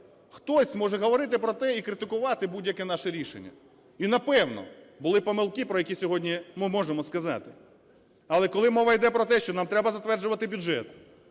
Хтось може говорити про те і критикувати будь-яке наше рішення, і, напевно, були помилки, про які сьогодні ми можемо сказати. Але коли мова йде про те, що нам треба затверджувати бюджет,